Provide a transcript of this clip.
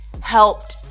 helped